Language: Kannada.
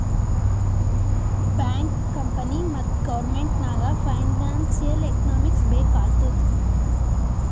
ಬ್ಯಾಂಕ್, ಕಂಪನಿ ಮತ್ತ ಗೌರ್ಮೆಂಟ್ ನಾಗ್ ಫೈನಾನ್ಸಿಯಲ್ ಎಕನಾಮಿಕ್ಸ್ ಬೇಕ್ ಆತ್ತುದ್